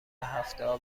هفتهها